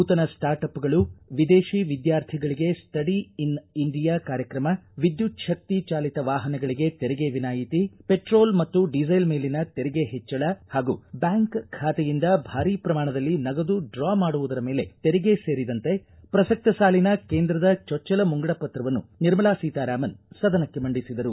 ನೂತನ ಸ್ಟಾರ್ಟ್ ಅಪ್ಗಳು ವಿದೇಶಿ ವಿದ್ಯಾರ್ಥಿಗಳಿಗೆ ಸ್ವಡಿ ಇನ್ ಇಂಡಿಯಾ ಕಾರ್ಯಕ್ರಮ ವಿದ್ಯುಚ್ಹಕ್ತಿ ಚಾಲಿತ ವಾಹನಗಳಿಗೆ ತೆರಿಗೆ ವಿನಾಯಿತಿ ಪೆಟ್ರೋಲ್ ಮತ್ತು ಡೀಸೆಲ್ ಮೇಲಿನ ತೆರಿಗೆ ಹೆಚ್ಚಳ ಹಾಗೂ ಬ್ಯಾಂಕ್ ಖಾತೆಯಿಂದ ಭಾರಿ ಪ್ರಮಾಣದಲ್ಲಿ ನಗದು ಢ್ರಾ ಮಾಡುವುದರ ಮೇಲೆ ತೆರಿಗೆ ಸೇರಿದಂತೆ ಪ್ರಸಕ್ತ ಸಾಲಿನ ಕೇಂದ್ರದ ಚೊಚ್ಚಲ ಮುಂಗಡ ಪತ್ರವನ್ನು ನಿರ್ಮಲಾ ಸೀತಾರಾಮನ್ ಸದನಕ್ಕೆ ಮಂಡಿಸಿದರು